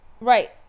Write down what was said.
Right